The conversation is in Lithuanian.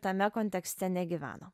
tame kontekste negyveno